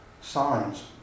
signs